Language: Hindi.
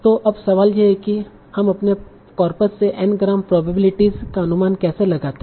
तो अब सवाल यह है कि हम अपने कार्पस से N ग्राम प्रोबेबिलिटीस का अनुमान कैसे लगाते हैं